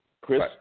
Chris